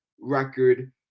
record